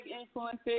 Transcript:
influences